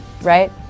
right